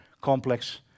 complex